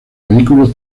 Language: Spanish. vehículos